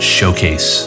Showcase